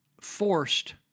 forced